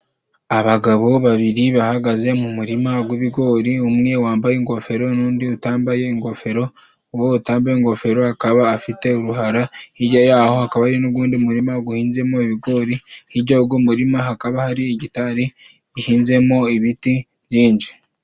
Abagabo babiri bahagaze mu murima gw'ibigori umwe wambaye ingofero n'undi utambaye ingofero uwo utambaye ingofero akaba afite uruhara hijya yaho akaba ari n'ugundi murima guhinzemo ibigori hijya guwo murima hakaba hari gitari gihinzemo ibiti byinji.